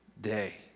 day